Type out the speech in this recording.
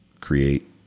create